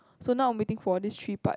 so now I'm waiting for this three part